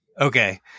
Okay